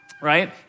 right